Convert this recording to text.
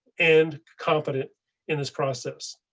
and confident in this process,